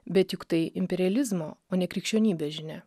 bet juk tai imperializmo o ne krikščionybės žinia